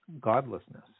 godlessness